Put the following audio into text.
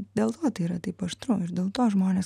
dėl to tai yra taip aštru ir dėl to žmonės